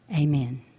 Amen